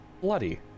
bloody